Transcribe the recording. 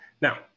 Now